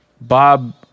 Bob